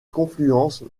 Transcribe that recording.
confluence